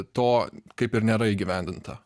to kaip ir nėra įgyvendinta